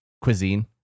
cuisine